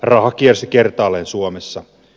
raha kiersi kertaalleen suomessa